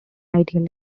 ideal